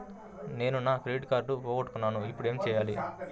నేను నా క్రెడిట్ కార్డును పోగొట్టుకున్నాను ఇపుడు ఏం చేయాలి?